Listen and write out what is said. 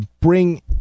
bring